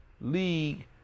league